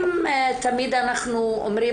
אם תמיד אנחנו אומרים,